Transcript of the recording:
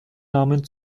nahmen